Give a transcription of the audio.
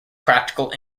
practical